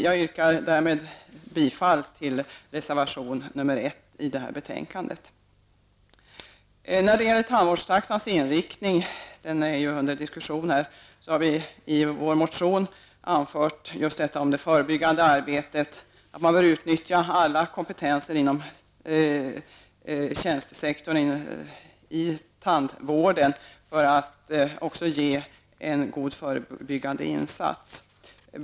Jag yrkar därmed bifall till reservation 1 i detta betänkande. När det gäller tandvårdstaxans inriktning, som ju är under diskussion här, har vi i vår motion framhållit det förebyggade arbetet -- att man bör utnyttja alla kompetenser inom tjänstesektorn i tandvården för en god förebyggande insats.